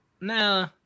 Nah